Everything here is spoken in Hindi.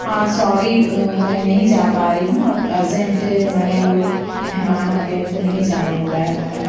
हाँ सौरी मैं नहीं जा पा रही हूँ अब अर्ज़ेंट हमारे यहाँ कोई मेहमान आ गया है तो नहीं जाना हो रहा है हमारा